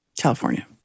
California